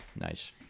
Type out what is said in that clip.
Nice